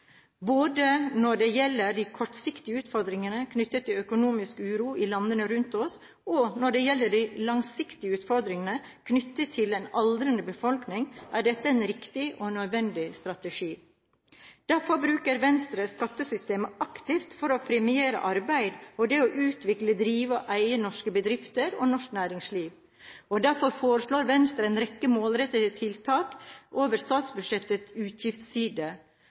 Både når det gjelder de kortsiktige utfordringene knyttet til økonomisk uro i landene rundt oss, og når det gjelder de langsiktige utfordringene knyttet til en aldrende befolkning, er dette en riktig og nødvendig strategi. Derfor bruker Venstre skattesystemet aktivt for å premiere arbeid og det å utvikle, drive og eie norske bedrifter og norsk næringsliv. Derfor foreslår Venstre en rekke målrettede tiltak over statsbudsjettets utgiftsside,